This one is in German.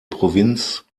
provinz